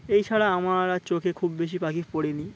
এই ছাড়া আমার আর চোখে খুব বেশি পাখি পড়েনি